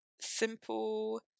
simple